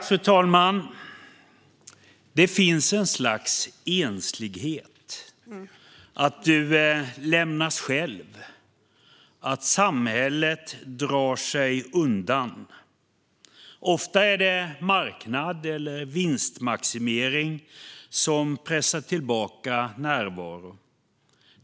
Fru talman! Det finns ett slags enslighet - att du lämnas åt dig själv, att samhället drar sig undan. Ofta är det marknad eller vinstmaximering som pressar tillbaka närvaron.